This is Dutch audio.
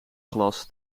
glas